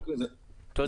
תודה.